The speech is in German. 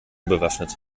bewaffnet